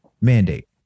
mandate